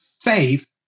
Faith